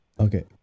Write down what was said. Okay